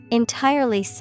entirely